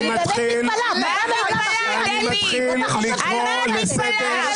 אני באמת מתפלאת שאתה חושב --- מה את מתפלאת,